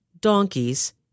donkeys